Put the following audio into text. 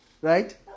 right